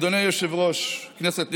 אדוני היושב-ראש, כנסת נכבדה,